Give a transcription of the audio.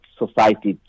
society